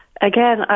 Again